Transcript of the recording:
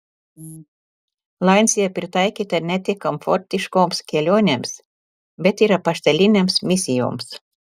lancia pritaikyta ne tik komfortiškoms kelionėms bet ir apaštalinėms misijoms